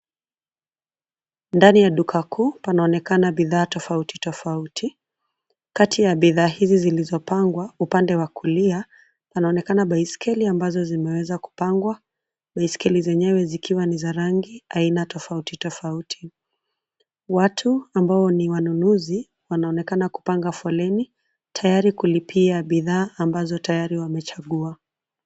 Ndani ya duka kuu panaonekana bidhaa tofauti, tofauti. Kati ya bidhaa hizi zilizopangwa, upande wa kulia panaonekana baiskeli ambazo zimeweza kupangwa, baiskeli zenyewe zikiwa ni za rangi aina tofauti, tofauti. Watu ambao ni wanunuzi, wanaonekana kupanga foleni, tayari kulipia bidhaa ambazo tayari wamechagua.